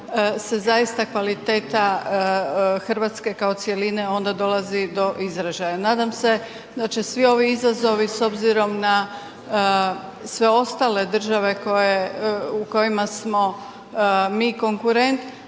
se zaista kvaliteta Hrvatske kao cjeline onda dolazi do izražaja. Nadam se da će svi ovi izazovi, s obzirom na sve ostale države u kojima smo mi konkurent,